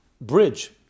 bridge